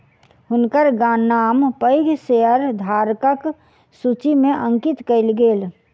हुनकर नाम पैघ शेयरधारकक सूचि में अंकित कयल गेल